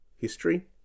history